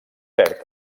perd